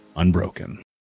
unbroken